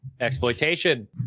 Exploitation